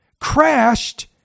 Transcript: crashed